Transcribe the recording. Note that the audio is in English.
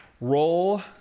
Roll